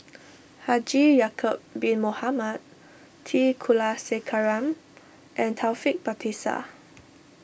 Haji Ya'Acob Bin Mohamed T Kulasekaram and Taufik Batisah